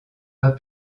pas